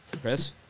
Chris